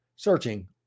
Searching